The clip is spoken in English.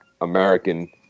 American